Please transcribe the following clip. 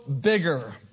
bigger